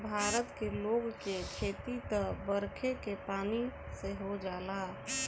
भारत के लोग के खेती त बरखे के पानी से हो जाला